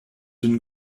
une